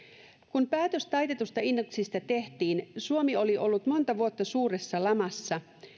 kun päätös taitetusta indeksistä tehtiin suomi oli ollut monta vuotta suuressa lamassa